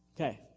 Okay